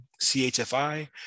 CHFI